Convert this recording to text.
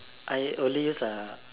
I only use a